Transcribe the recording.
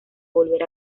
volver